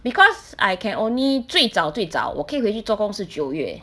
because I can only 最早最早我可以回去做工是九月